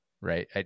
Right